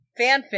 fanfic